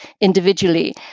individually